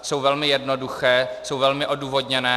Jsou velmi jednoduché, jsou velmi odůvodněné.